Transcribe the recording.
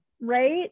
right